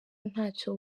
ntacyo